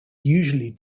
usually